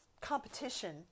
competition